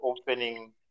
opening